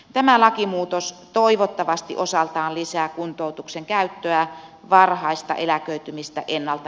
tämä lakimuutos toivottavasti osaltaan lisää kuntoutuksen käyttöä varhaista eläköitymistä ennalta